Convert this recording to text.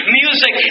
music